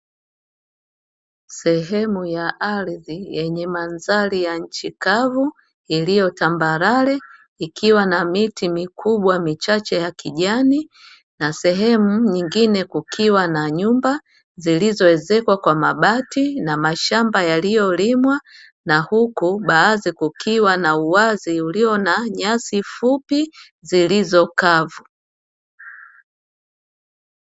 Seemu ya ardhi yenye mandhari ya nchi kavu iliyo tambarare ikiwa na miti mikubwa michache ya kijani na sehemu nyingine kukiwa na nyumba zilizoezekwa kwa mabati na mashamba yaliyolimwa na huku baadhi kukiwa na uwazi ulio na nyasi fupi zilizo kavu.